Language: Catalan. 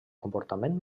comportament